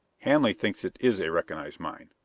hanley thinks it is a recognized mine,